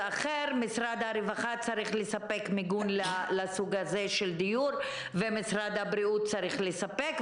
משרד הרווחה צריך לספק מיגון לסוג הזה של דיור ומשרד הבריאות צריך לספק,